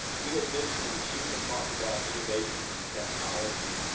we had mentioned, and the chief had talked about innovations in technology,